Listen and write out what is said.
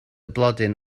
blodyn